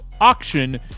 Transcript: auction